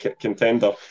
contender